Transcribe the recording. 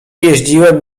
jeździłem